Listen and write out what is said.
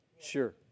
Sure